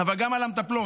אבל גם על המטפלות,